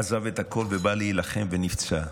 עזב את הכול, בא להילחם ונפצע.